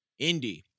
Indie